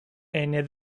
ene